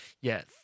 Yes